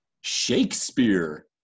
Shakespeare